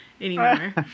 anymore